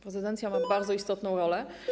Prezydencja ma bardzo istotną rolę.